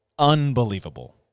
unbelievable